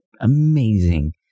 amazing